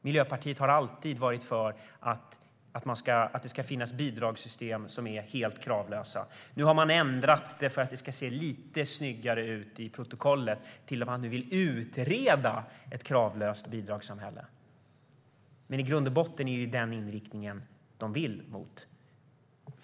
Miljöpartiet har alltid varit för att det ska finnas bidragssystem som är helt kravlösa. Nu har man ändrat det, för att det ska se lite snyggare ut i protokollet, till att man vill utreda ett kravlöst bidragssamhälle. Men i grund och botten är det den inriktningen de vill ha.